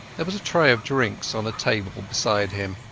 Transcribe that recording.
there was a tray of drinks on a table beside him,